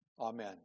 amen